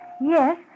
yes